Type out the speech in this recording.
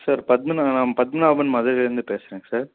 sir Padmanatham Padmanabhan மதுரைலந்து பேசுறேங்க sir